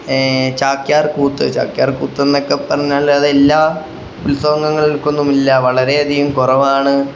ചാക്യാർക്കൂത്ത് ചാക്യാർക്കൂത്ത് എന്നൊക്കെ പറഞ്ഞാലത് എല്ലാ ഉത്സവങ്ങങ്ങൾക്കൊന്നുമില്ല വളരേയധികം കുറവാണ്